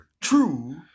true